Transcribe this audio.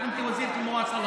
ואת שרת התחבורה.